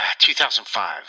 2005